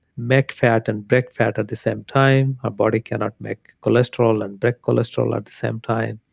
make fat and break fat at the same time. our body cannot make cholesterol and break cholesterol at the same time.